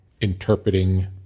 interpreting